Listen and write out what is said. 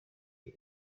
iyi